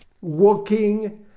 walking